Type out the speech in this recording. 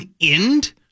end